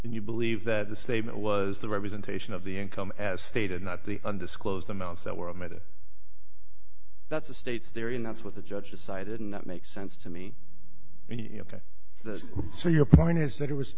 will you believe that the statement was the representation of the income as stated not the undisclosed amounts that were made it that's the state's theory and that's what the judge decided and that makes sense to me you know so your point is that it was